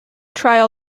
trial